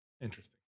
Interesting